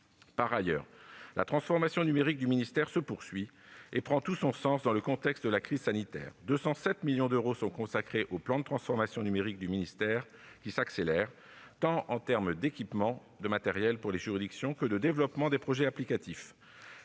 Par ailleurs, la transformation numérique du ministère se poursuit et prend tout son sens dans le contexte de la crise sanitaire. Dans cette perspective, 207 millions d'euros sont consacrés au plan de transformation numérique du ministère, qui s'accélère, s'agissant tant de l'équipement des juridictions en matériels que du développement de projets applicatifs.